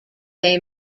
they